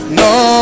no